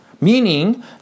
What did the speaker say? meaning